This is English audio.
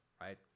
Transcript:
right